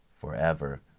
forever